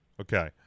okay